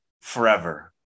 forever